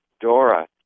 Dora